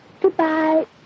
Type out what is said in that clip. goodbye